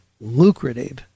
lucrative